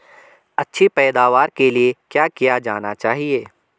अच्छी पैदावार के लिए क्या किया जाना चाहिए?